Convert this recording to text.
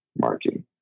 marking